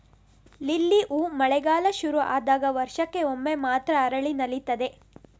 lily ಹೂ ಮಳೆಗಾಲ ಶುರು ಆದಾಗ ವರ್ಷಕ್ಕೆ ಒಮ್ಮೆ ಮಾತ್ರ ಅರಳಿ ನಲೀತದೆ